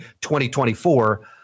2024